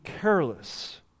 careless